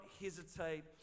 hesitate